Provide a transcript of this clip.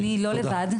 אני לא לבד,